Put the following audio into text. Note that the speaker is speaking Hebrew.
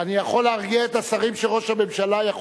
אני יכול להרגיע את השרים שראש הממשלה יכול